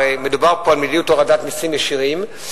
הרי מדובר פה על מדיניות הורדת מסים ישירים,